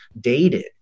dated